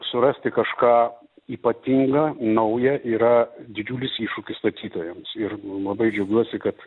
surasti kažką ypatinga nauja yra didžiulis iššūkis statytojams ir labai džiaugiuosi kad